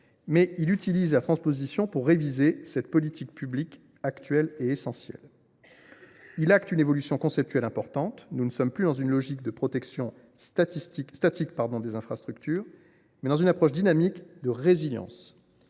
mais il utilise la transposition pour réviser cette politique publique essentielle. Il acte une évolution conceptuelle importante : nous sommes non plus dans une logique de protection statique des infrastructures, mais dans une approche dynamique de résilience.